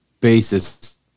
basis